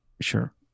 Sure